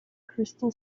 crystal